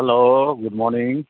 hello good morning